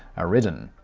are ridden.